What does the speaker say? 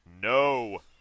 No